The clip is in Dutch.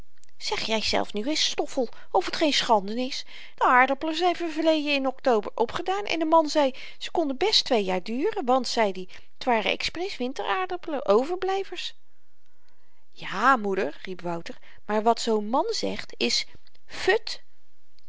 zeg jyzelfs nu eens stoffel of t geen schande n is de aardappelen zyn verleje n oktober opgedaan en de man zei ze konden best twee jaar duren want zeid i t waren expresse winteraardappelen overblyvers ja moeder riep wouter maar wat zoo'n man zegt is fut